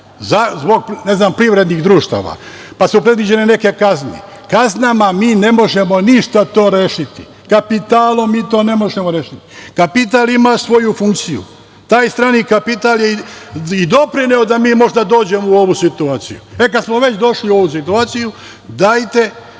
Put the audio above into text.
znam, privrednih društava. Predviđene su neke kazne. Kaznama mi ne možemo ništa to rešiti. Kapitalom mi to ne možemo rešiti. Kapital ima svoju funkciju. Taj strani kapital je i doprineo, možda, da mi dođemo u ovu situaciju. E, kad smo već došli u ovu situaciju dajte,